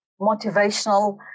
motivational